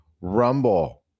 Rumble